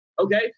Okay